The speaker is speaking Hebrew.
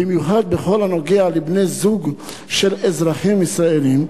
במיוחד בכל הנוגע לבני-זוג של אזרחים ישראלים,